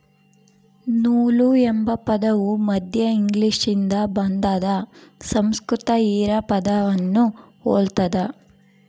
ನೂಲು ಎಂಬ ಪದವು ಮಧ್ಯ ಇಂಗ್ಲಿಷ್ನಿಂದ ಬಂದಾದ ಸಂಸ್ಕೃತ ಹಿರಾ ಪದವನ್ನು ಹೊಲ್ತದ